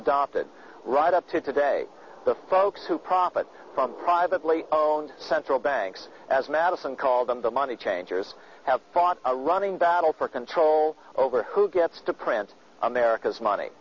adopted right up to today the folks who profit from privately central banks as madison call them the money changers have a running battle for control over who gets to print america's money